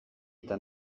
eta